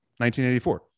1984